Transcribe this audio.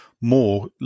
more